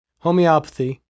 homeopathy